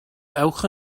ewch